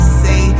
say